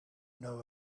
know